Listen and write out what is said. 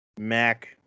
Mac